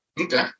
Okay